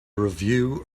review